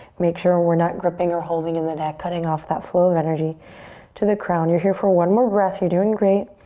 make sure we're not gripping or holding in the neck, cutting off that flow of energy to the crown. you're here for one more breath. you're doing great.